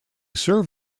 served